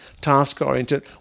task-oriented